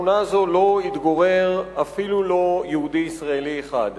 בשכונה הזאת לא התגורר אפילו יהודי ישראלי אחד.